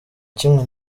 kimwe